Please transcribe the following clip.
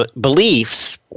Beliefs